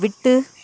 விட்டு